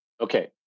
Okay